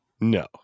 No